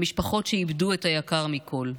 למשפחות שאיבדו את היקר מכול,